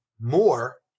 more